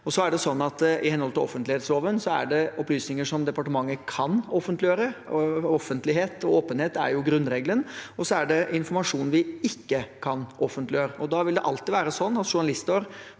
I henhold til offentlighetsloven er det opplysninger som departementet kan offentliggjøre – offentlighet og åpenhet er jo grunnregelen – og så er det informasjon vi ikke kan offentliggjøre. Da vil det alltid være sånn at journalister